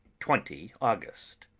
twenty august.